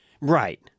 Right